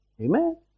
Amen